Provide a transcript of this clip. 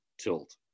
tilt